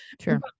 Sure